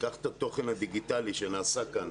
שייקח את התוכן הדיגיטלי שנעשה כאן